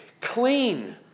clean